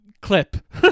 clip